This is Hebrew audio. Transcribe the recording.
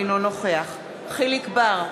אינו נוכח יחיאל חיליק בר,